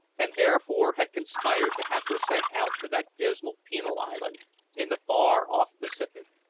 and therefore had conspired to have her sent out to that dismal penal island in the far-off pacific.